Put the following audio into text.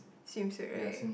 swimsuit right